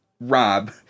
Rob